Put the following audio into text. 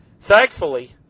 Thankfully